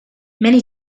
many